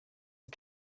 her